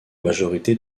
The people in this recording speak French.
majorité